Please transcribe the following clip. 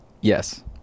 yes